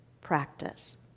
practice